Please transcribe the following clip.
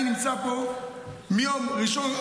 אני נמצא פה מיום ראשון,